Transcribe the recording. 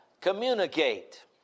communicate